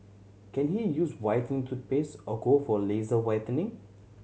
can he use whitening toothpaste or go for laser whitening